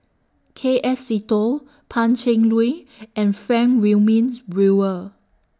K F Seetoh Pan Cheng Lui and Frank Wilmin's Brewer